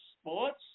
sports